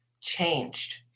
changed